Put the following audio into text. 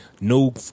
no